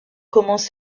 commence